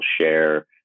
share